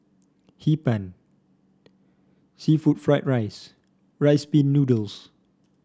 Hee Pan seafood Fried Rice Rice Pin Noodles